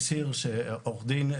אני מוריס הירש, עורך דין.